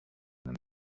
them